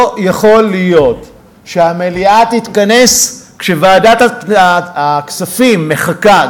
לא יכול להיות שהמליאה תתכנס כשוועדת הכספים מחכה.